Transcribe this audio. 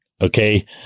Okay